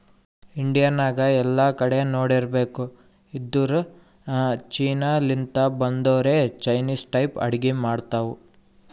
India ನಾಗ್ ಎಲ್ಲಾ ಕಡಿ ನೋಡಿರ್ಬೇಕ್ ಇದ್ದೂರ್ ಚೀನಾ ಲಿಂತ್ ಬಂದೊರೆ ಚೈನಿಸ್ ಟೈಪ್ ಅಡ್ಗಿ ಮಾಡ್ತಾವ್